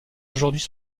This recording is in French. aujourd’hui